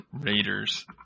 Raiders